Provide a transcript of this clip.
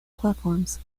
platforms